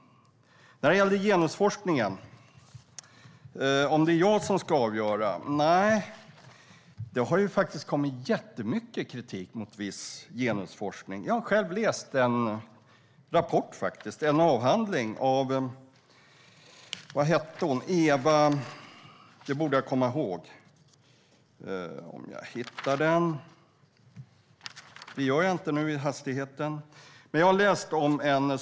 Nej, det är inte jag som ska avgöra vad som är god och vad som är dålig genusforskning. Det har faktiskt kommit jättemycket kritik mot viss genusforskning. Jag har faktiskt läst en avhandling, men jag kommer inte ihåg namnet på den som har skrivit den.